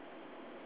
sorry